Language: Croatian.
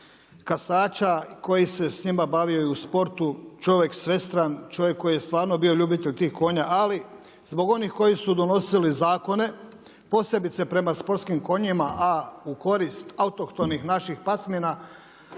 kasača koji se s njima bavio i u sportu, čovjek svestran, čovjek koji je stvarno bio ljubitelj tih konja, ali zbog onih koji su donosili zakone, posebice prema sportskim konjima, a u korist autohtonih naših pasmina